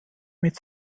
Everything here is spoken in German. mit